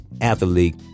athlete